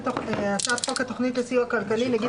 "הצעת חוק התוכנית לסיוע כלכלי (נגיף